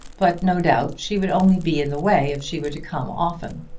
but no doubt she would only be in the way if she were to come often.